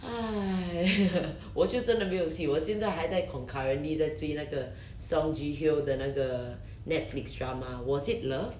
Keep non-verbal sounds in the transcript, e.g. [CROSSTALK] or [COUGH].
!hais! [LAUGHS] 我就真的没有戏我现在还在 concurrently 在追那个 song ji hyo 的那个 netflix drama was it love